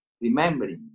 remembering